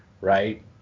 right